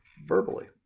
Verbally